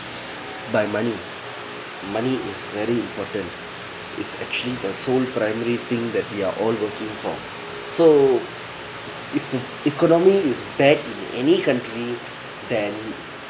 by money money is very important it's actually the sole primary thing that we are all working for so if the economy is bad in any country then